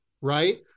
right